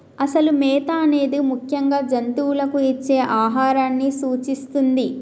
అసలు మేత అనేది ముఖ్యంగా జంతువులకు ఇచ్చే ఆహారాన్ని సూచిస్తుంది